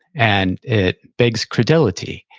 and it begs credulity.